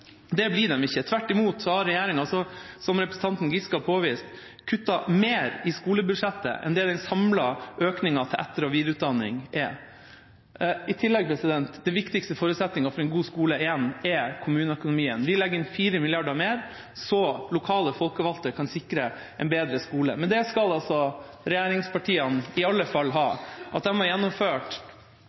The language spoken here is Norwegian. Det gjør de ikke, og det er det kritikken vår går på. Tvert imot har regjeringa, som representanten Giske har påvist, kuttet mer i skolebudsjettet enn det den samla økninga til etter- og videreutdanning er. I tillegg: Den viktigste forutsetninga for en god skole er kommuneøkonomien. Vi legger inn 4 mrd. kr mer, slik at lokale folkevalgte kan sikre en bedre skole. Men det skal regjeringspartiene i alle fall ha: De har gjennomført